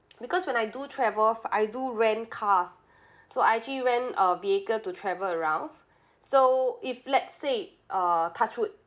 because when I do travels I do rent cars so I actually rent a vehicle to travel around so if let's say uh touch wood